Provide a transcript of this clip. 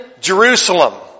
Jerusalem